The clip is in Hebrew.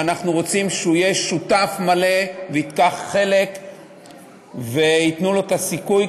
ואנחנו רוצים שהוא יהיה שותף מלא וייקח חלק וייתנו לו את הסיכוי,